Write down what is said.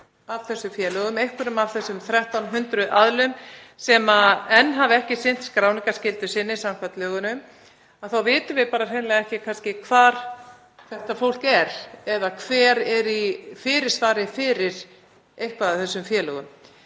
af þessum félögum, einhverjum af þessum 1300 aðilum sem enn hafa ekki sinnt skráningarskyldu sinni samkvæmt lögunum, þá vitum við kannski hreinlega ekki hvar þetta fólk er eða hver er í fyrirsvari fyrir eitthvert þessara félaga.